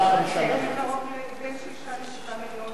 נובמבר, דצמבר, ההארכה היא רק 3 מיליון.